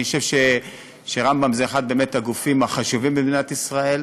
אני חושב שרמב"ם הוא אחד הגופים החשובים במדינת ישראל,